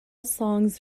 songs